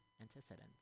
antecedents